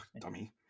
dummy